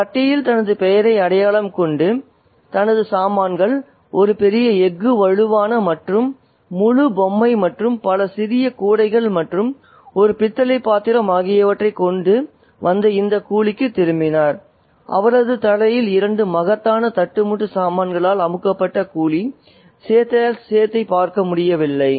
அவர் அட்டையில் தனது பெயரை அடையாளம் கண்டு தனது சாமான்கள் ஒரு பெரிய எஃகு வலுவான மற்றும் முழு பொம்மை மற்றும் பல சிறிய கூடைகள் மற்றும் ஒரு பித்தளை பாத்திரம் ஆகியவற்றைக் கொண்டு வந்த கூலிக்கு திரும்பினார் அவரது தலையில் இரண்டு மகத்தான தட்டுமுட்டு சாமான்களால் அமுக்கப்பட்ட கூலியால் சேத்தை பார்க்க முடியவில்லை